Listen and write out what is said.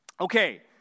Okay